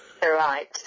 Right